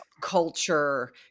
culture